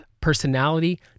personality